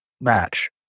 match